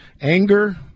anger